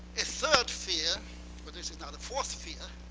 a third fear or this is now the fourth fear,